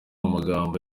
amagambo